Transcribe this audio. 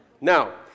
Now